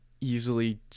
easily